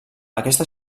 aquesta